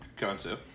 Concept